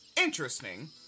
interesting